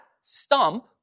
stump